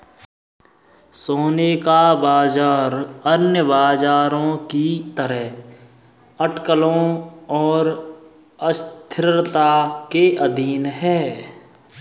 सोने का बाजार अन्य बाजारों की तरह अटकलों और अस्थिरता के अधीन है